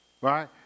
Right